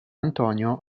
antonio